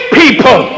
people